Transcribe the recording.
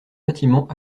bâtiment